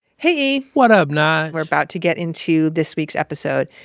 hey e! whaddup, nyge? we're about to get into this week's episode.